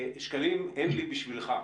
שקלים אין לי בשבילך,